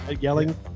yelling